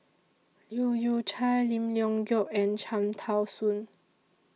Leu Yew Chye Lim Leong Geok and Cham Tao Soon